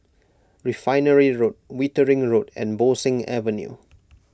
Refinery Road Wittering Road and Bo Seng Avenue